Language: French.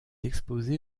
exposée